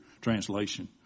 translation